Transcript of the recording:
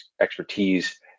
expertise